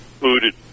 booted